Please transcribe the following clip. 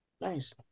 Nice